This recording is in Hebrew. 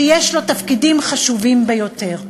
שיש לו תפקידים חשובים ביותר.